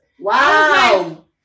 Wow